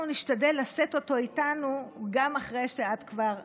נשתדל לשאת אותו איתנו גם אחרי שאת כבר תלכי.